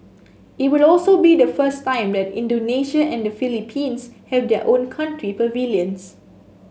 it will also be the first time that Indonesia and the Philippines have their own country pavilions